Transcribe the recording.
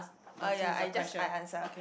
uh ya I just I answer